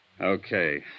Okay